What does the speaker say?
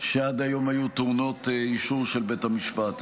שעד היום היו טעונות אישור של בית המשפט.